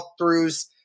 walkthroughs